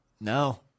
No